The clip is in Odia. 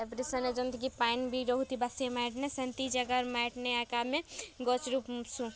ତାପ୍ରେ ସେନେ ଯେନ୍ତିକି ପାଏନ୍ ବି ରହୁଥିବା ସେ ମାଏଟ୍ ନେ ସେନ୍ତି ଜାଗାରେ ମାଏଟ୍ ନେ ଏକା ଆମେ ଗଛ୍ ରୂପ୍ସୁଁ